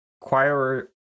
choir